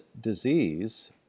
disease